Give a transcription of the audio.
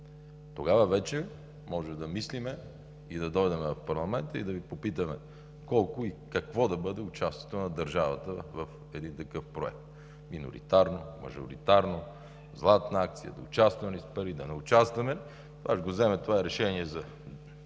Тогава вече можем да мислим, да дойдем в парламента и да Ви попитаме: колко и какво да бъде участието в държавата в един такъв проект – миноритарно, мажоритарно, „златна акция“, да участваме ли с пари, да не участваме ли? Можем да вземем това решение за